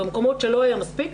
במקומות שלא היה מספיק,